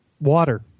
water